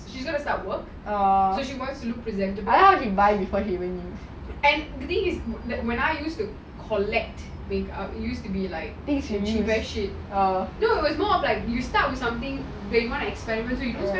and the thing is when I used to collect makeup I used the cheapest shit no it's more of like you start with something that you want to experiment not spend so much then once you know what you're comfortable with then you spend more money